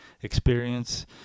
experience